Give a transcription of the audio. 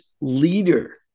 leader